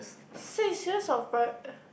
say is serious or